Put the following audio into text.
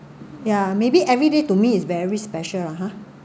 ya maybe everyday to me is very special ah